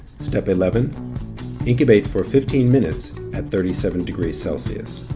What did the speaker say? step eleven incubate for fifteen minutes at thirty seven degrees celsius.